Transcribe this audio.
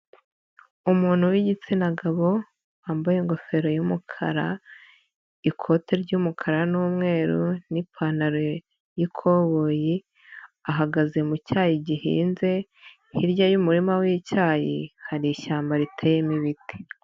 Umuntu wigitsina gabo wambaye ingofero y'umukara ikote ry'umukara n'umweru, n'ipantaro y'ikoboyi ahagaze mu cyayi gihinze, hirya y'umurima w'icyayi hari ishyamba riteyemo ibiti.